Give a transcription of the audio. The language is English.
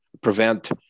prevent